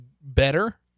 better